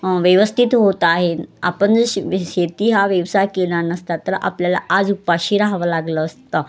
व्यवस्थित होत आहे आपण जे शेती हा व्यवसाय केला नसता तर आपल्याला आज उपाशी राहावं लागलं असतं